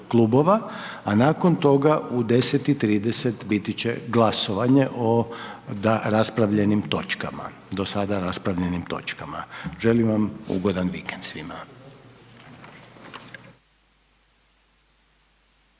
a nakon toga u 10,30 biti će glasovanje o raspravljenim točkama, do sada raspravljenim točkama. Želim vam ugodan vikend svima.